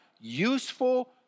Useful